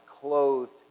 clothed